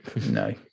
No